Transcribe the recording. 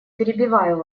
перебиваю